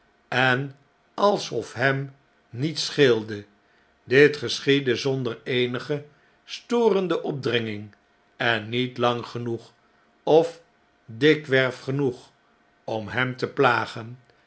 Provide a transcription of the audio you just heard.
en alsof hem niets scheelde dit geschiedde zonder eenige storende opdringing en niet lang genoeg of dikwerf genoeg om hem te plagen